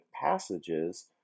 passages